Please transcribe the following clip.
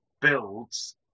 builds